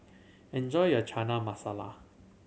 enjoy your Chana Masala